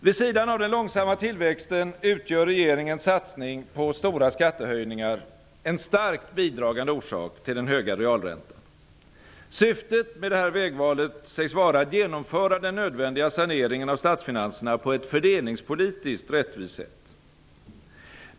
Vid sidan av den långsamma tillväxten utgör regeringens satsning på stora skattehöjningar en starkt bidragande orsak till den höga realräntan. Syftet med detta vägval sägs vara att genomföra den nödvändiga saneringen av statsfinanserna på ett fördelningspolitiskt rättvist sätt.